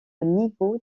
niveaux